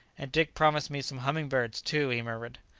and dick promised me some humming-birds too! he murmured.